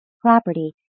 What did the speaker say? Property